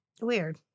Weird